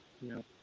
No